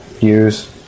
use